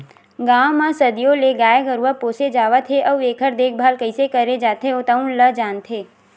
गाँव म सदियों ले गाय गरूवा पोसे जावत हे अउ एखर देखभाल कइसे करे जाथे तउन ल जानथे